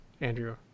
Andrew